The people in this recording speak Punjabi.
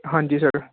ਹਾਂਜੀ ਸਰ